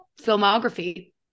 filmography